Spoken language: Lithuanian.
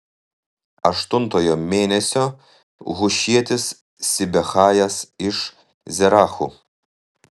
aštuntojo mėnesio hušietis sibechajas iš zerachų